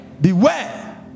Beware